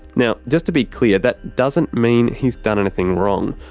now, just to be clear, that doesn't mean he's done anything wrong,